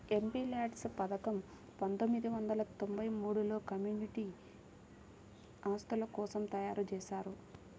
MPLADS పథకం పందొమ్మిది వందల తొంబై మూడులో కమ్యూనిటీ ఆస్తుల కోసం తయ్యారుజేశారు